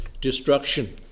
destruction